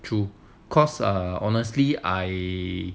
true cause honestly I